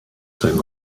sein